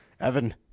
Evan